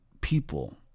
people